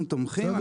אנחנו תומכים,